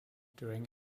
during